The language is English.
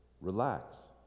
Relax